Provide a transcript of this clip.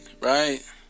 right